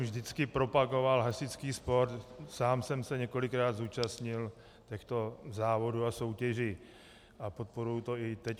Vždycky jsem propagoval hasičský sport, sám jsem se několikrát zúčastnil těchto závodů a soutěží a podporuji to i teď.